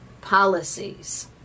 policies